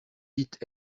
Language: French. dites